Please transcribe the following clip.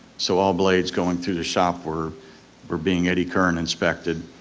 so all blades going through the shop were were being eddy current inspected.